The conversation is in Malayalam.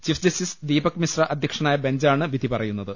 ചീഫ് ജസ്റ്റിസ് ദീപക് മിശ്ര അധ്യക്ഷനായ ബഞ്ചാണ് വിധി പറയു ന്നത്